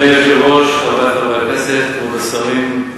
אדוני היושב-ראש, חברי חברי הכנסת, כבוד השרים,